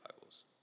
bibles